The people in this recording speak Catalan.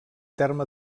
terme